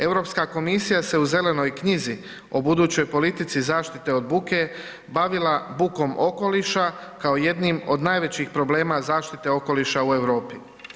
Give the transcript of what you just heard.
EU komisija se u Zelenoj knjizi o budućoj politici zaštite od buke, bavila bukom okoliša kao jednim od najvećih problema zaštite okoliša u Europi.